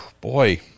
boy